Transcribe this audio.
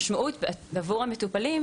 והמשמעות של הדבר הזה עבור המטופלים,